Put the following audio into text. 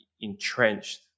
entrenched